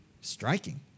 Striking